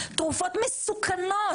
תרופות מסוכנות,